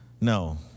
No